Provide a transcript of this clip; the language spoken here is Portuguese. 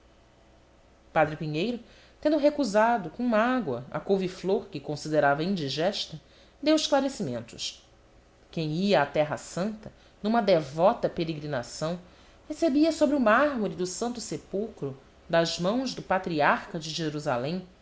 padre pinheiro tendo recusado com mágoa a couve flor que considerava indigesta deu esclarecimentos quem ia à terra santa numa devota peregrinação recebia sobre o mármore do santo sepulcro das mãos do patriarca de jerusalém